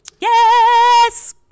Yes